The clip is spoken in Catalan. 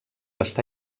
està